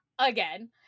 Again